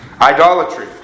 Idolatry